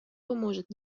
поможет